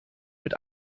mit